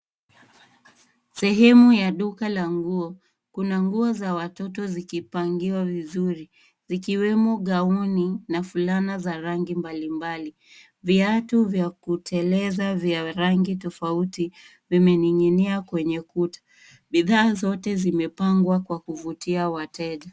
Sehemu ya duka la nguo. Kuna nguo za watoto zikipangiwa vizuri zikiwemo gauni na fulana za rangi mbalimbali. Viatu vya kuteleza vya rangi tofauti vimening'inia kwenye kuta. Bidhaa zote zimepangwa kwa kuvutia wateja.